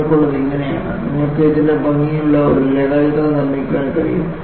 നിങ്ങൾക്കുള്ളത് ഇങ്ങനെയാണ് നിങ്ങൾക്ക് ഇതിന്റെ ഭംഗിയുള്ള ഒരു രേഖാചിത്രം നിർമ്മിക്കാൻ കഴിയും